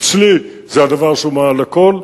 אצלי זה הדבר שהוא מעל לכול.